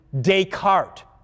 Descartes